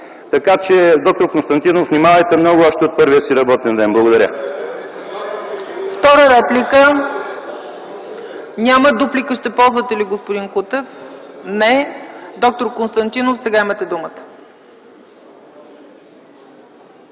Така че, д-р Константинов, внимавайте много още от първия си работен ден! Благодаря.